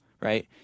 right